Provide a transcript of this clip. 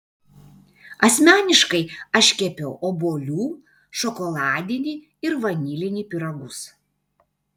asmeniškai aš kepiau obuolių šokoladinį ir vanilinį pyragus